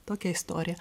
tokia istorija